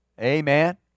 Amen